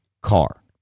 car